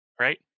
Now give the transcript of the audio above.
right